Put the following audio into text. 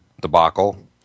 debacle